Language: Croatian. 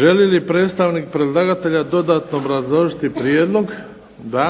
Želi li predstavnik predlagatelja dodatno obrazložiti prijedlog? Da.